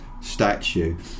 statue